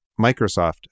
Microsoft